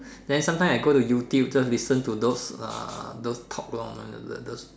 then sometimes I go to YouTube just listen to those uh those talk lah those those